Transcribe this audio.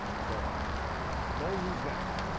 so moses then,